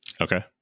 Okay